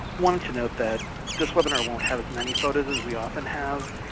wanted to note that this webinar won't have as many photos as we often have,